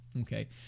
Okay